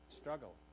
struggle